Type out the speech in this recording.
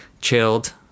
chilled